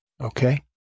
okay